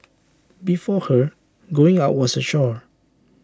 before her going out was A chore